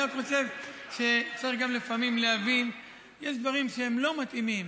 אני רק חושב שצריך גם לפעמים להבין שיש דברים שלא מתאימים.